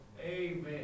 Amen